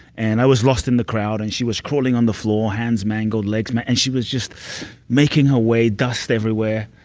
and i was lost in the crowd, and she was crawling on the floor, hands mangled, legs. and she was just making her way, dust everywhere,